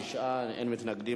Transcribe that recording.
תשעה בעד, אין מתנגדים.